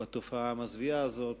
בתופעה המזוויעה הזאת,